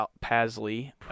Pasley